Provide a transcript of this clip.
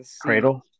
cradle